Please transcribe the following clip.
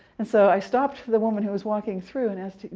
and so i stopped the woman who was walking through, and asked,